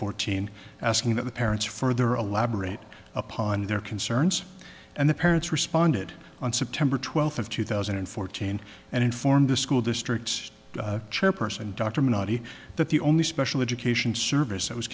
fourteen asking that the parents further elaborate upon their concerns and the parents responded on september twelfth of two thousand and fourteen and informed the school district's chairperson dr menotti that the only special education services